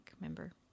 member